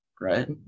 right